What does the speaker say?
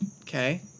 Okay